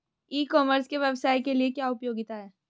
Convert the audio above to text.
ई commerce के व्यवसाय के लिए क्या उपयोगिता है?